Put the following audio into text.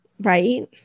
Right